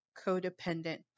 codependent